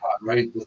right